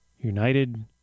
United